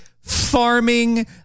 farming